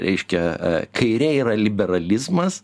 reiškia kairė yra liberalizmas